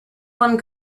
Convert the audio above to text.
one